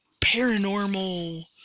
paranormal